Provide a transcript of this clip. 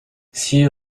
six